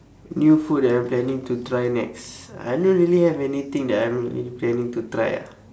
new food that I'm planning to try next I don't really have anything that I'm really planning to try ah